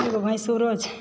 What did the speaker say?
एगो भैंसुरो छै